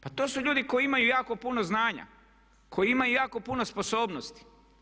Pa to su ljudi koji imaju jako puno znanja, koji imaju jako puno sposobnosti.